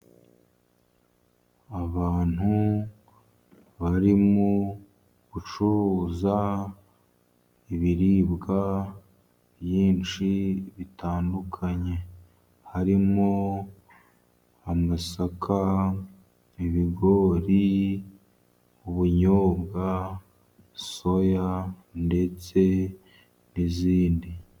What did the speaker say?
Abantu barimo gucuruza ibiribwa byinshi bitandukanye, harimo amasaka ,ibigori ,ubunyobwa ,soya ndetse n'izindi.